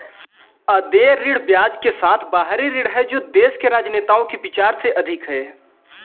अदेय ऋण ब्याज के साथ बाहरी ऋण है जो देश के राजनेताओं के विचार से अधिक है